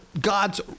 God's